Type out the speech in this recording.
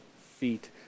feet